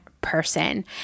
person